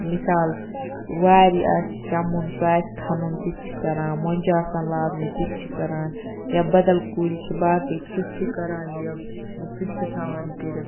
مِثال وارِ آسہِ چَمُن سُہ آسہِ کھَنُن تِتہِ چھِ کَران مۄنٛجہِ آسَن لاگنہِ تِتہِ چھِ کَران یا بَدَل کُلۍ چھِ باقٕے سُہ تہِ چھِ کَران یہِ سُہ تہِ چھِ تھاوان یہِ کٔرِتھ